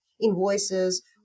invoices